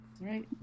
right